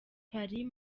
paris